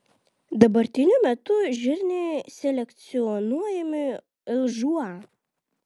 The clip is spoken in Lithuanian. dabartiniu metu žirniai selekcionuojami lžūa